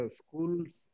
schools